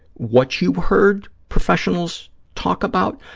what you heard professionals talk about,